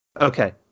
Okay